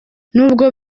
n’ubwo